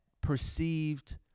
perceived